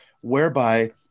whereby